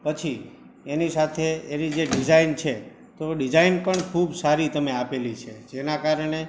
પછી એની સાથે એની જે ડિઝાઇન છે તો ડિઝાઇન પણ ખૂબ સારી તમે આપેલી છે જેનાં કારણે